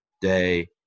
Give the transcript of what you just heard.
Day